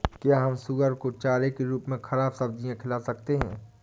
क्या हम सुअर को चारे के रूप में ख़राब सब्जियां खिला सकते हैं?